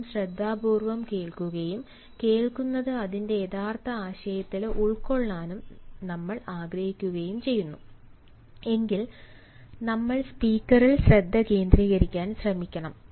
നാം ശ്രദ്ധാപൂർവ്വം കേൾക്കുകയും കേൾക്കുന്നത് അതിന്റെ യഥാർത്ഥ ആശയത്തില് ഉൾകൊള്ളാൻ നമ്മൾ ആഗ്രഹിക്കുകയും ചെയ്യുന്നു എങ്കിൽ നമ്മൾ സ്പീക്കറിൽ ശ്രദ്ധ കേന്ദ്രീകരിക്കാൻ ശ്രമിക്കണം